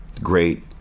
great